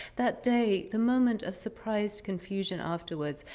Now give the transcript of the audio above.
that day, the moment of surprised confusion afterward.